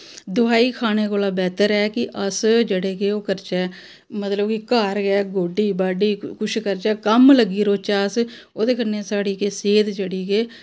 दोआई खाने कोला बैह्तर ऐ कि अस जेह्ड़े के ओह् करचै मतलब कि घर गै गोड्डी बाढ़ी कुछ करचै कम्म लग्गी रौह्चै अस ओह्दे कन्नै साढ़ी के सेह्त जेह्ड़ी केह्